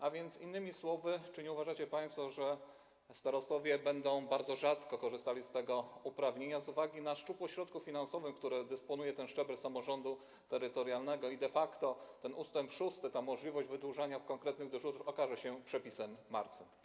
A więc innymi słowy czy nie uważacie państwo, że starostowie będą bardzo rzadko korzystali z tego uprawnienia z uwagi na szczupłość środków finansowych, którymi dysponuje ten szczebel samorządu terytorialnego i de facto ten ust. 6, chodzi o możliwość wydłużania konkretnych dyżurów, okaże się przepisem martwym?